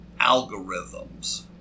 algorithms